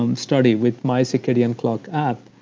um study with mycircadianclock app,